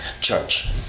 church